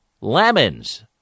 lemons